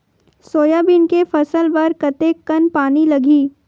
Soybean के फसल बर कतेक कन पानी लगही?